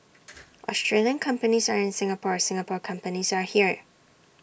Australian companies are in Singapore Singapore companies are here